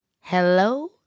Hello